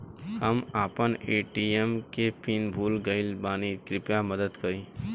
हम आपन ए.टी.एम के पीन भूल गइल बानी कृपया मदद करी